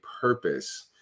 purpose